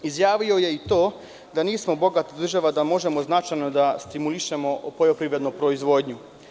Izjavio je i to da nismo bogata država da možemo značajno da stimulišemo poljoprivrednu proizvodnju.